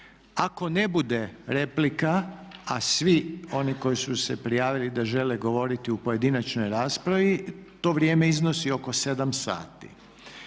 ako ne bude replika, a svi oni koji su se prijavili da žele govoriti u pojedinačnoj raspravi, to vrijeme iznosi oko 7 sati.